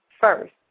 first